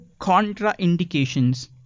contraindications